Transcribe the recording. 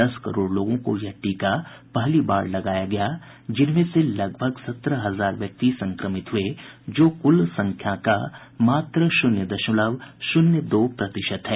दस करोड़ लोगों को यह टीका पहली बार लगाया गया जिनमें से करीब सत्रह हजार व्यक्ति संक्रमित हुए जो कुल संख्या का मात्र शून्य दशमलव शून्य दो प्रतिशत है